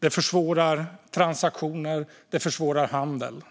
Den försvårar transaktioner och handel.